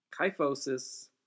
kyphosis